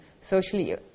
socially